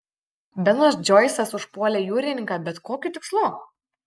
benas džoisas užpuolė jūrininką bet kokiu tikslu